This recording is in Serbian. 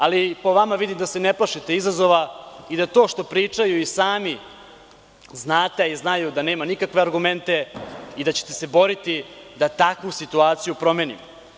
Ali, po vama vidim da se ne plašite izazova i da to što pričaju i sami znate, a i znaju da nemaju nikakve argumente i da ćete se boriti da takvu situaciju promenimo.